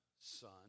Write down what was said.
son